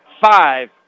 five